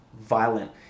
violent